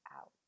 Out